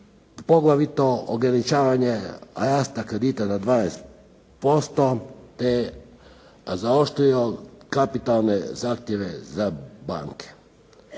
poglavito ograničavanje rasta kredita na 12% te zaoštrio kapitalne zahtjeve za banke.